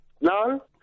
No